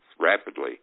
rapidly